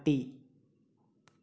പട്ടി